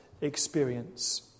experience